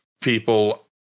people